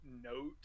Note